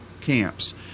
camps